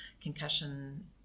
concussion